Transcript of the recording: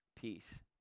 peace